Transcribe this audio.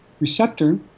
receptor